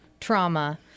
trauma